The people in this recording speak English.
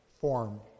form